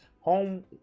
home